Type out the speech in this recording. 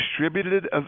distributed